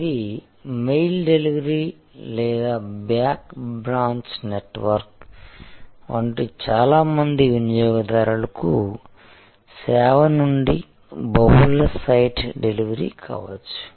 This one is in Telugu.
ఇది మెయిల్ డెలివరీ లేదా బ్యాంక్ బ్రాంచ్ నెట్వర్క్ వంటి చాలా మంది వినియోగదారులకు సేవ నుండి బహుళ సైట్ డెలివరీ కావచ్చు